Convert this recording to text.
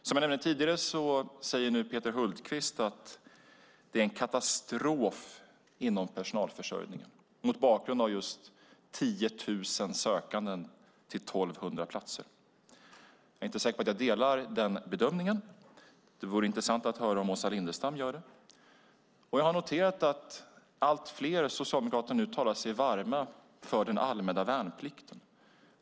Som jag nämnde tidigare säger Peter Hultqvist att det är en katastrof inom personalförsörjning, mot bakgrund av att det är 10 000 sökanden till 1 200 platser. Jag är inte säker på att jag delar den bedömningen. Det vore intressant att höra om Åsa Lindestam gör det. Jag har noterat att allt fler socialdemokrater nu talar sig varma för den allmänna värnplikten.